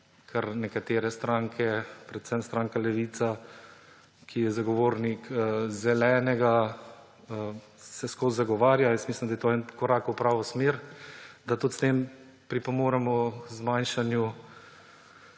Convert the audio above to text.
kar nekatere stranke, predvsem stranka Levica, ki je zagovornik zelenega, vseskozi zagovarjajo. Mislim, da je to en korak v pravo smer, da tudi s tem pripomoremo k bolj